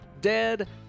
Dead